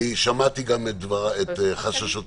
שמעתי את חששותיהם